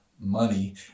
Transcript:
money